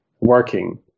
working